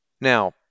Now